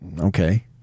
Okay